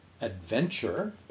adventure